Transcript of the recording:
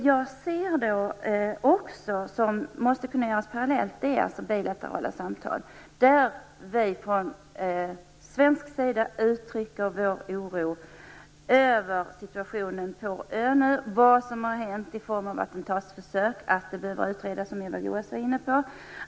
Något som måste ske parallellt med detta är bilaterala samtal, där vi från svensk sida uttrycker vår oro över situationen på öarna och kräver att attentatsförsöken utreds, som Eva Goës var inne på.